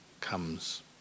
comes